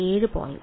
7 point